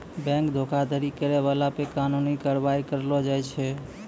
bank धोखाधड़ी करै बाला पे कानूनी कारबाइ करलो जाय छै